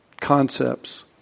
concepts